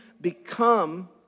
become